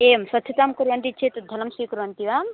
एवं स्वच्छतां कुर्वन्ति चेत् धनं स्वीकुर्वन्ति वा